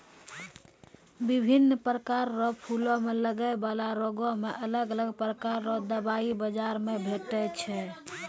बिभिन्न प्रकार रो फूलो मे लगै बाला रोगो मे अलग अलग प्रकार रो दबाइ बाजार मे भेटै छै